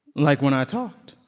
like, when i talked,